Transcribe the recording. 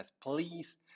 please